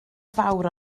fawr